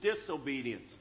disobedience